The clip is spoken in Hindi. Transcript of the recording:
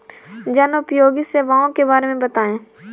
जनोपयोगी सेवाओं के बारे में बताएँ?